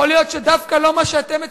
יכול להיות שלא דווקא מה שאתם מצפים,